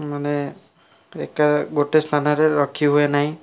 ମାନେ ଏକା ଗୋଟେ ସ୍ଥାନରେ ରଖି ହୁଏ ନାହିଁ